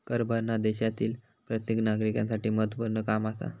कर भरना देशातील प्रत्येक नागरिकांसाठी महत्वपूर्ण काम आसा